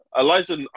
Elijah